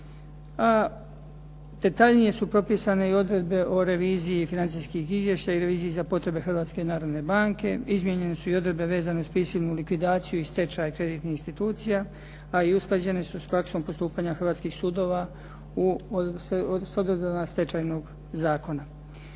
detaljnije su propisane odredbe o reviziji financijskih izvješća i reviziji za potrebe Hrvatske narodne banke. Izmijenjene su odredbe vezane uz prisilnu likvidaciju i stečaj financijskih institucija a i usklađene su sa praksom postupanja Hrvatskih sudova s odredbama Stečajnog zakona.